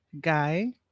Guy